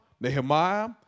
Nehemiah